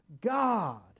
God